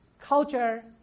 culture